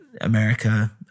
America